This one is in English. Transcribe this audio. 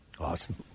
awesome